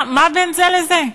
מה בין זה לזה?